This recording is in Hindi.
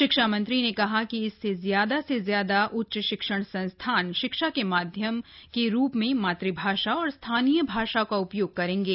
शिक्षा मंत्री ने कहा कि इससे ज्यादा से ज्यादा उच्च शिक्षण संस्थान शिक्षा के माध्यम के रूप में मातु भाषा या स्थानीय भाषा का उपयोग करेंगे